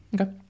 okay